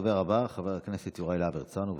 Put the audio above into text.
הדובר הבא, חבר הכנסת יוראי להב הרצנו.